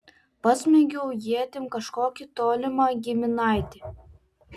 pasmeigiau ietim kažkokį tolimą giminaitį